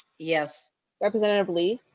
yes representative lee.